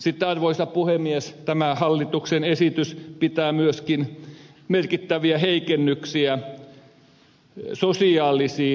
sitten arvoisa puhemies tämä hallituksen esitys pitää sisällään myöskin merkittäviä heikennyksiä sosiaalisiin yrityksiin